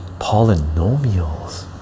polynomials